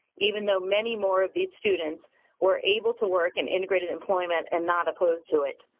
even though many more of these students were able to work in integrated employment and not opposed to it.